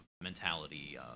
mentality